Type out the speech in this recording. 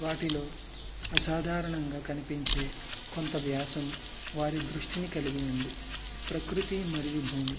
వాటిలో అసాధారణంగా కనిపించే కొంత వ్యాసం వారి దృష్టిని కలిగి ఉంది ప్రకృతి మరియు భూమి